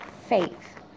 Faith